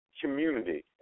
community